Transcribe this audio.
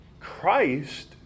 Christ